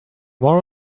more